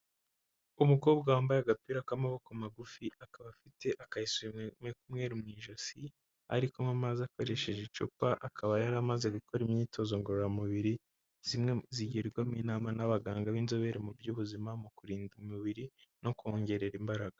umukobwa wambaye agapira k'amaboko magufi, akaba afite aka esuyime k'umweru mu ijosi aho ari kunywa amazi akoresheje icupa, akaba yari amaze gukora imyitozo ngororamubiri; zimwe zigirwamo inama n'abaganga b'inzobere mu by'ubuzima, mu kurinda umubiri, no kuwongerera imbaraga.